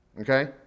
okay